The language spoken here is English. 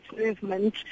movement